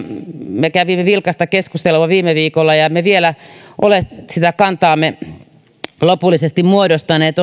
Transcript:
me kävimme vilkasta keskustelua viime viikolla ja josta emme vielä ole kantaamme lopullisesti muodostaneet